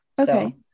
Okay